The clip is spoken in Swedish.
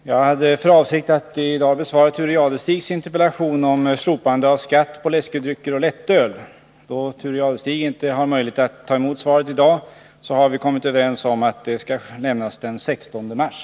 Herr talman! Jag hade för avsikt att i dag besvara Thure Jadestigs interpellation om slopande av skatt på läskedrycker och lättöl. Då Thure Jadestig inte har möjlighet att ta emot svaret i dag, har vi kommit överens om att det skall lämnas den 16 mars.